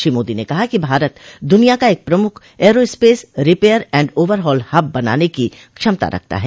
श्री मोदी ने कहा कि भारत दुनिया का एक प्रमुख aerospace repair and overhaul hub बनाने की क्षमता रखता है